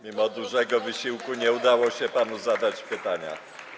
Mimo dużego wysiłku nie udało się panu zadać pytania.